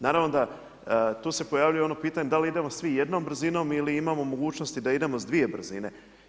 Naravno da tu se pojavljuje ono pitanje da li idemo svi jednom brzinom ili imamo mogućnosti da idemo sa dvije brzine.